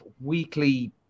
weekly